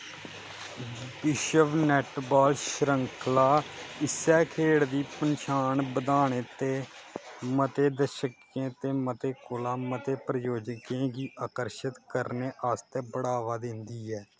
विश्व netball श्रृंखला इस्सै खेढ दी पन्छान बधाने ते मते दर्शकें ते मते कोला मते प्रायोजकें गी आकर्शत करने आस्तै बढ़ावा दिंदी ऐ